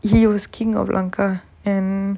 he was king of lanka and